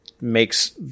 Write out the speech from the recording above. makes